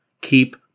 Keep